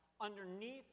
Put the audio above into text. Underneath